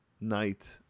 night